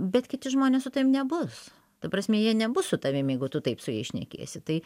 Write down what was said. bet kiti žmonės su tavim nebus ta prasme jie nebus su tavim jeigu tu taip su jais šnekėsi tai